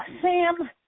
Sam